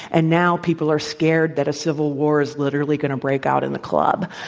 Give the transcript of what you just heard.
and now people are scared that a civil war is literally going to break out in the club.